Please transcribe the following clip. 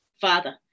Father